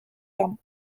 germain